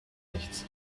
nichts